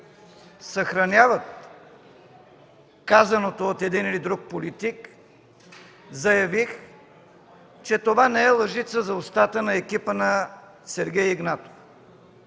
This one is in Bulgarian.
съхраняват казаното от един или друг политик, заявих, че това не е лъжица за устата на екипа на Сергей Игнатов.